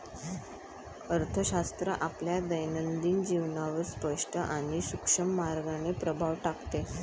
अर्थशास्त्र आपल्या दैनंदिन जीवनावर स्पष्ट आणि सूक्ष्म मार्गाने प्रभाव टाकते